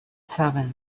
seven